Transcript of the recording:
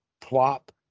plop